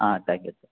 ah thank you sir